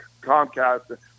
Comcast